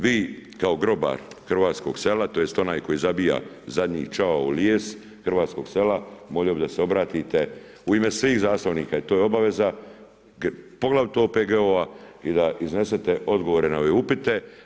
Vi kao grobar hrvatskog sela tj. onaj koji zabija zadnji čavao u lijes hrvatskog sela molio bih da se obratite u ime svih zastupnika i to je obaveza, poglavito OPG-ova i da iznesete odgovore na ove upite.